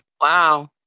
Wow